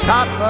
Top